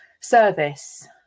service